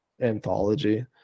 anthology